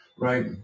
right